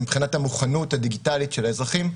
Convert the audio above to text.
מבחינת המוכנות הדיגיטלית של האזרחים,